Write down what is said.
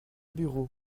bureau